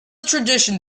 tradition